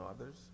others